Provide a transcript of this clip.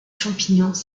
champignons